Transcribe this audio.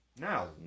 Now